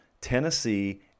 Tennessee